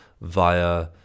via